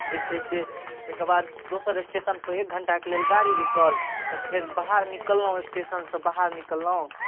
जे छै से तकर बाद दोसर स्टेशनपर एक घंटाके लेल गाड़ी रूकल तऽ फेर बाहर निकललहुँ स्टेशनसँ बाहर निकललहुँ